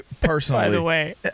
personally